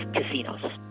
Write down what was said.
casinos